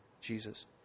Jesus